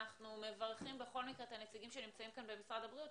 אנחנו מברכים בכל מקרה את הנציגים שנמצאים כאן במשרד הבריאות.